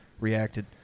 reacted